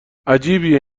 عجیبه